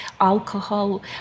alcohol